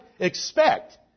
Expect